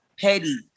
Petty